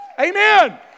Amen